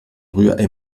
rührei